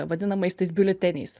vadinamais tais biuleteniais